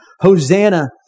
Hosanna